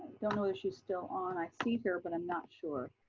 don't know if she's still on. i see her, but i'm not sure.